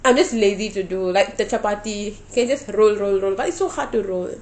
I'm just lazy to do like the chapati can just roll roll roll but it's so hard to roll